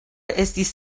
estis